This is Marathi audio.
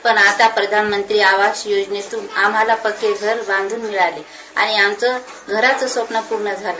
पण आता प्रधानमंत्री आवाज योजनेतून आम्हाला पक्के घर बांधून मिळाले आणि आमचं घराचं स्वप्न पूर्ण झालं